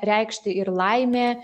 reikšti ir laimė